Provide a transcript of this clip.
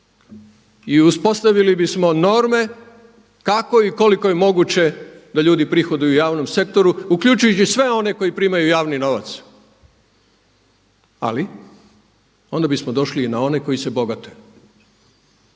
i uspostavili bismo norme kako i koliko je moguće da ljudi prihoduju javnom sektoru uključujući sve one koji primaju javni novac ali onda bismo došli i na one koji se bogate,